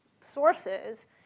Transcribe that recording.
sources